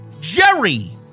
Jerry